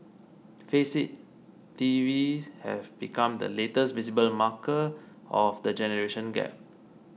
face it TVs have become the latest visible marker of the generation gap